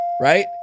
right